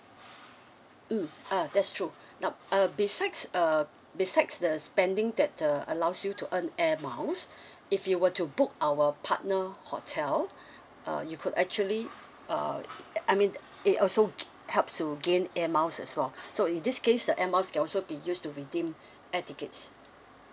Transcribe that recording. mm uh that's true now uh besides uh besides the spending that uh allows you to earn air miles if you were to book our partner hotel uh you could actually uh I mean it also helps to gain air miles as well so in this case the air miles can also be used to redeem air tickets